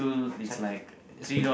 side as